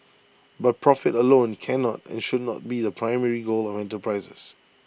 but profit alone cannot and should not be the primary goal of enterprises